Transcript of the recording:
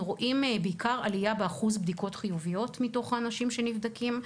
אנחנו רואים בעיקר עלייה באחוז הבדיקות החיוביות מתוך האנשים שנבדקים,